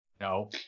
No